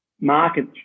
market